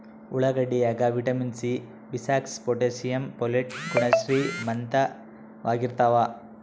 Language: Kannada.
ಉಳ್ಳಾಗಡ್ಡಿ ಯಾಗ ವಿಟಮಿನ್ ಸಿ ಬಿಸಿಕ್ಸ್ ಪೊಟಾಶಿಯಂ ಪೊಲಿಟ್ ಗುಣ ಶ್ರೀಮಂತವಾಗಿರ್ತಾವ